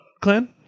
clan